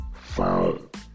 found